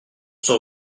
s’en